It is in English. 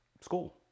school